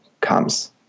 comes